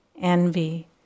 envy